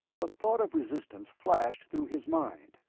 the thought of resistance flashed through his mind.